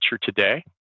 today